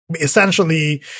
essentially